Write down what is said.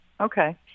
Okay